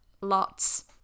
Lots